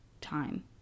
time